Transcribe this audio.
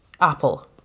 Apple